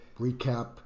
recap